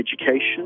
education